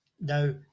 now